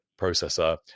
processor